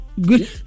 Good